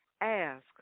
Ask